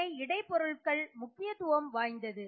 வினை இடை பொருள்கள் முக்கியத்துவம் வாய்ந்தது